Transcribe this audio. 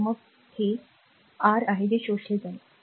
तर मग हे r आहे जे शोषले जाईल